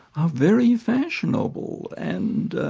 are very fashionable, and